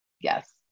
Yes